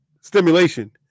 stimulation